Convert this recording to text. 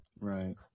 Right